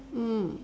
mm